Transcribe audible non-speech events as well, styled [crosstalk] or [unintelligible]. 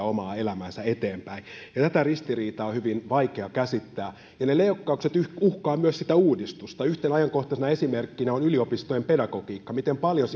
[unintelligible] omaa elämäänsä eteenpäin tätä ristiriitaa on hyvin vaikea käsittää ja ne leikkaukset uhkaavat myös sitä uudistusta yhtenä ajankohtaisena esimerkkinä on yliopistojen pedagogiikka miten paljon [unintelligible]